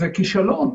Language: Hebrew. זה כישלון.